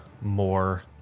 more